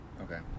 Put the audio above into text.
Okay